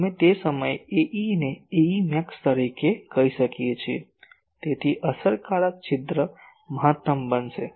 તેથી અમે તે સમયે Ae ને Ae max તરીકે કહી શકીએ છીએ તેથી અસરકારક છિદ્ર મહત્તમ બનશે